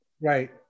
right